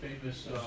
famous